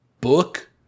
book